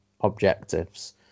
objectives